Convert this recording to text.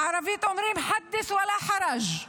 בערבית אומרים (אומרת בערבית: ).